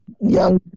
young